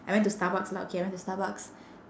I went to starbucks lah okay I went to starbucks